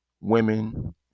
women